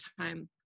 time